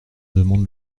demande